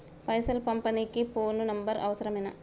పైసలు పంపనీకి phone number అవసరమేనా?